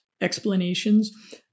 explanations